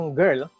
girl